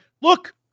look